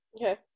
Okay